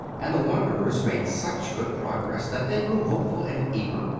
and the wanderers made such good progress that they grew hopeful and eager,